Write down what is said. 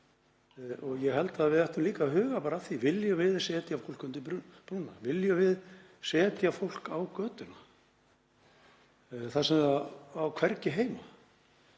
Ég held að við ættum líka að huga að því: Viljum við setja fólk undir brúna? Viljum við setja fólk á götuna sem á hvergi heima?